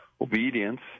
obedience